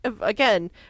again